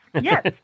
yes